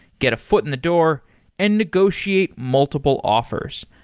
get a foot in the door and negotiate multiple offers.